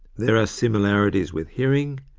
there are similarities with hearing,